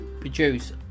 produce